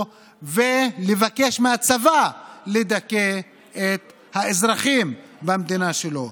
ולבקש מהצבא לדכא את האזרחים במדינה שלו,